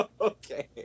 Okay